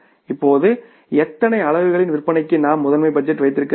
இப்போது எத்தனை அலகுகளின் விற்பனைக்கு நாம் மாஸ்டர் பட்ஜெட் வைத்திருக்க வேண்டும்